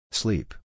sleep